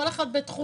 כל אחד בתחומו,